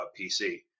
PC